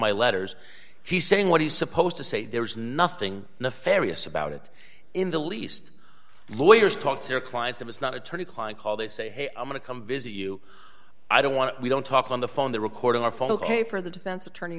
my letters he's saying what he's supposed to say there is nothing nefarious about it in the least lawyers talk to their clients and it's not attorney client call they say hey i'm going to come visit you i don't want to we don't talk on the phone they're recording our phone ok for the defense attorney